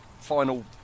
final